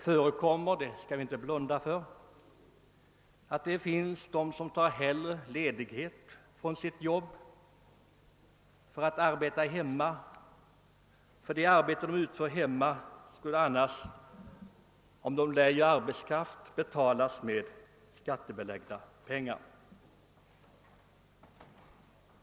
Vi skall inte blunda för att det finns de som hellre tar ledighet från sin anställning för att arbeta hemma — om de lejde arbetskraft för det arbete som utförs i hemmet, skulle denna arbetskraft betalas med skattebelagda pengar.